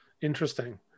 Interesting